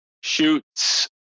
shoots